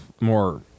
more